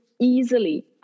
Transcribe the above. easily